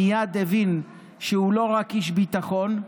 מייד הבין שהוא לא רק איש ביטחון,